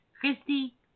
Christy